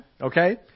okay